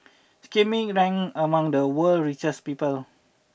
Schmidt ranks among the world richest people